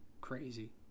Crazy